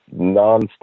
nonstop